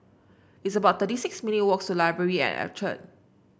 it's about thirty six minute' walks to Library at Orchard